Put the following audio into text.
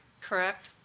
Correct